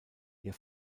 ihr